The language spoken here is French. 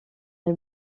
est